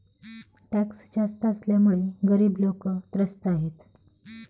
tax जास्त असल्यामुळे गरीब लोकं त्रस्त आहेत